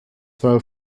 throw